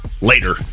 Later